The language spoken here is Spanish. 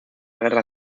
guerra